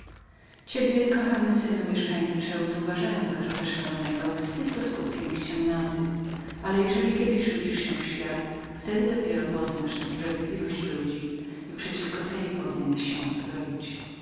ciebie kochany synu mieszkańcy ceuty uważają cię za trocha szalonego jest to skutkiem ich ciemnoty ale jeżeli kiedyś rzucisz się w świat wtedy dopiero poznasz niesprawiedliwość ludzi i przeciwko tej powinieneś się uzbroić